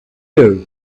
here